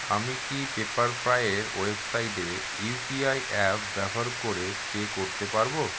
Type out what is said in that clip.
আমি কি পেপারফ্রাইয়ের ওয়েবসাইটে ইউপিআই অ্যাপ ব্যবহার করে পে করতে পারব